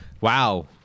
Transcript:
Wow